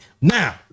Now